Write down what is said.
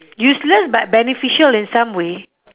useless but beneficial in some way